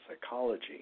psychology